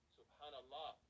subhanAllah